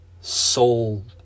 soul